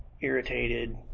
irritated